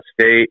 State